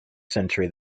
century